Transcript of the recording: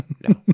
no